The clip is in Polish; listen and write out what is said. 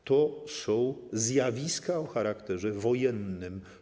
To są zjawiska o charakterze wojennym.